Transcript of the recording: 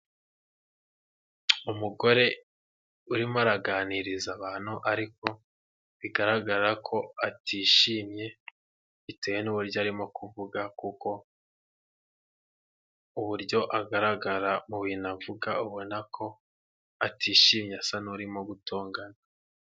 Umugore urimo araganiriza abantu ariko bigaragara ko atishimye bitewe n'uburyo arimo kuvuga kuko uburyo agaragara mu bintu avuga ubona ko atishimye asa n'urimo gutongana.